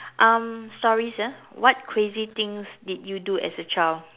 um stories ah what crazy things did you do as a child